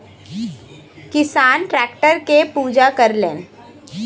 किसान टैक्टर के पूजा करलन